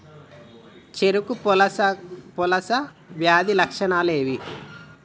చెరుకు పొలుసు వ్యాధి లక్షణాలు ఏవి?